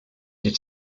die